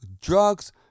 drugs